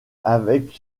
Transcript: avec